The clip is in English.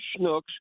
schnooks